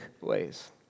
ways